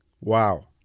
wow